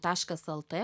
taškas lt